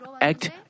act